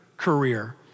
career